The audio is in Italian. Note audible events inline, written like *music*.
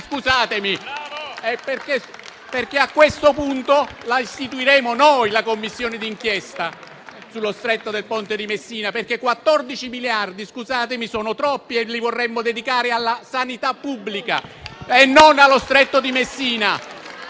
*applause* A questo punto la istituiremo noi la Commissione d'inchiesta sul Ponte dello Stretto di Messina, perché 14 miliardi - scusatemi - sono troppi e li vorremmo dedicare alla sanità pubblica e non allo Stretto di Messina.